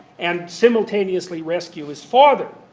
and simultaneously rescue his father.